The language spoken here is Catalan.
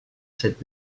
set